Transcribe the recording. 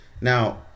Now